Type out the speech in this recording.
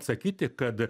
sakyti kad